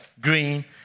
Green